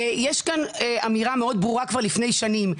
יש כאן אמירה מאוד ברורה כבר לפני שנים,